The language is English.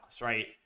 right